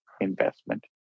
investment